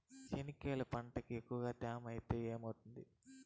చెనక్కాయ పంటకి ఎక్కువగా తేమ ఐతే ఏమవుతుంది?